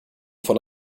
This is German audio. von